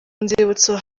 nzibutso